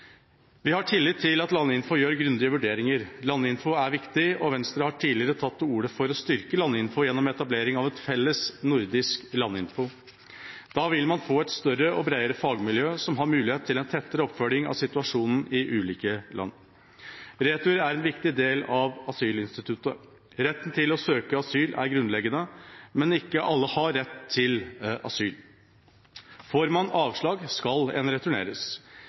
Vi har tillit til at Landinfo gjør grundige vurderinger. Landinfo er viktig, og Venstre har tidligere tatt til orde for å styrke Landinfo gjennom etablering av et felles nordisk landinfo. Da vil man få et større og bredere fagmiljø som har mulighet til en tettere oppfølging av situasjonen i ulike land. Retur er en viktig del av asylinstituttet. Retten til å søke asyl er grunnleggende, men ikke alle har rett til asyl. Får man avslag, skal man returneres.